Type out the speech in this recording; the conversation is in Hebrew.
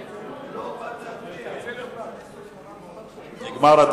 הדיון נגמר.